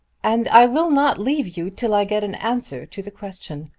and i will not leave you till i get an answer to the question.